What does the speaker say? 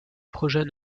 projet